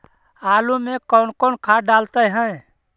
आलू में कौन कौन खाद डालते हैं?